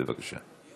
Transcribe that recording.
בבקשה.